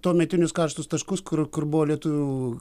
tuometinius karštus taškus kur kur buvo lietuvių